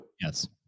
Yes